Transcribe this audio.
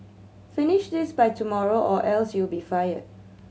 finish this by tomorrow or else you'll be fired